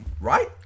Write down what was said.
right